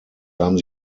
haben